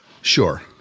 Sure